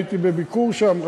הייתי בביקור שם,